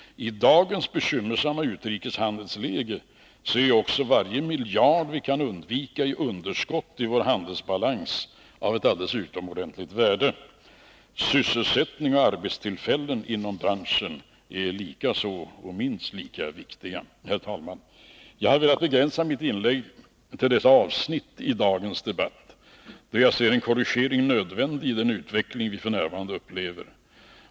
I dagens bekymmersamma utrikeshandelsläge är varje miljard vi kan undvika i underskott i vår handelsbalans av ett alldeles utomordentligt värde. Sysselsättningen inom branschen är minst lika viktig. Herr talman! Jag har velat begränsa mitt inlägg till dessa avsnitt i dagens debatt, då jag anser att det är nödvändigt med en korrigering i den utveckling som vi f. n. upplever.